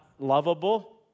Lovable